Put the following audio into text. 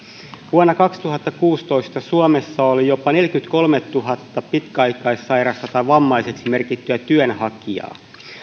vuonna kaksituhattakuusitoista suomessa oli jopa neljäkymmentäkolmetuhatta pitkäaikaissairasta tai vammaiseksi merkittyä työnhakijaa